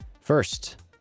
First